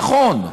נכון.